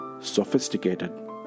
sophisticated